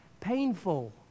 painful